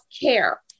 care